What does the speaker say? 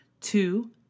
Two